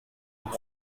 pour